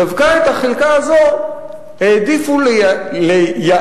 דווקא את החלקה הזו העדיפו לייעד,